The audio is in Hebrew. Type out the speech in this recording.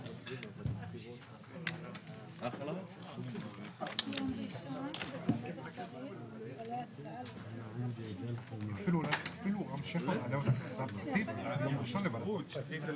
הישיבה ננעלה בשעה 14:35.